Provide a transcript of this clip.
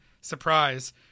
surprise